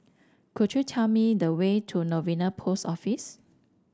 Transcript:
could you tell me the way to Novena Post Office